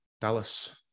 Dallas